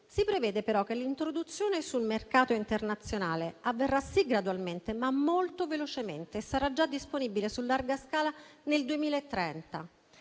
Si prevede, però, che l'introduzione sul mercato internazionale avverrà sì gradualmente, ma molto velocemente e sarà già disponibile su larga scala nel 2030.